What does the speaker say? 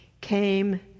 came